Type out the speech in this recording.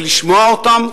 לשמוע להם,